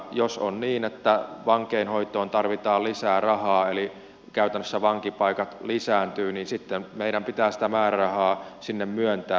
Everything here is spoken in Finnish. jos on niin että vankeinhoitoon tarvitaan lisää rahaa eli käytännössä vankipaikat lisääntyvät niin sitten meidän pitää sitä määrärahaa sinne myöntää